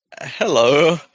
Hello